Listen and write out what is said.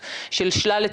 שבעישון,